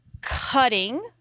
Cutting